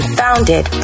founded